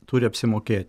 turi apsimokėti